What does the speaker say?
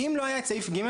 אם לא היה את סעיף ג,